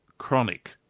chronic